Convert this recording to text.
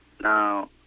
Now